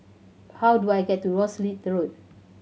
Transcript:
how do I get to Rosyth Road